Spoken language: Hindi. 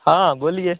हाँ बोलिए